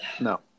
no